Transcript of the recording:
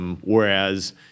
Whereas